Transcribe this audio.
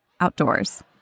outdoors